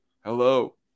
hello